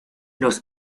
los